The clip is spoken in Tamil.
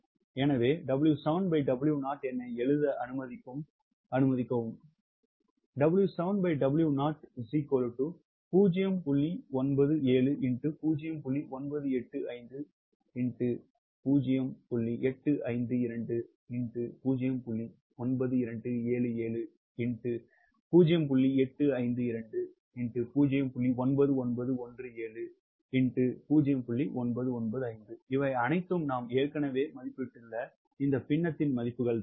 எனவே W7W0 என்னை எழுத அனுமதிக்கும் என்று பார்ப்பேன் இவை அனைத்தும் நாம் ஏற்கனவே மதிப்பிட்டுள்ள இந்த பின்னத்தின் மதிப்புகள்